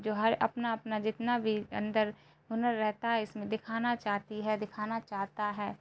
جو ہر اپنا اپنا جتنا بھی اندر ہنر رہتا ہے اس میں دکھانا چاہتی ہے دکھانا چاہتا ہے